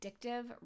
addictive